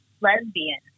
lesbian